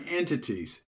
entities